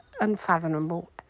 unfathomable